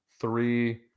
three